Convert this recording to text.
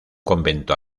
convento